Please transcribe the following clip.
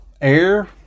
air